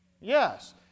Yes